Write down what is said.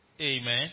amen